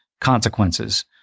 consequences